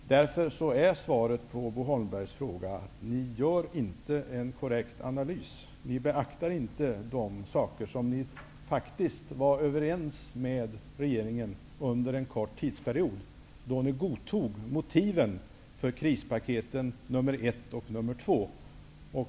Därför är svaret på Bo Holmbergs fråga: Ni gör inte en korrekt analys. Ni beaktar inte de saker som ni faktiskt var överens med regeringen om under en kort tidsperiod. Då godtog ni motiven för krispaketen nr 1 och 2.